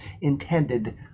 intended